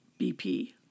BP